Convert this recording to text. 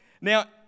Now